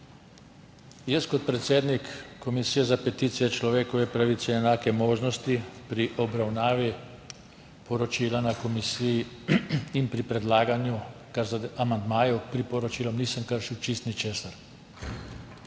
Kot predsednik Komisije za peticije, človekove pravice in enake možnosti pri obravnavi poročila na komisiji in pri predlaganju amandmajev k priporočilom nisem kršil čisto ničesar.